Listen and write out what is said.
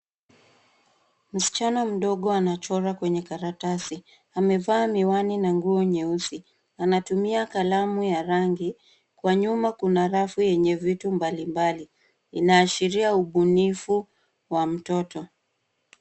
Msichana mdogo anachora kwenye karatasi. Amevaa miwani na nguo nyeusi . Anatumia kalamu ya rangi. Kwa nyuma kuna rafu yenye vitu mbalimbali. Inaashiria ubunifu wa mtoto.